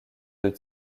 deux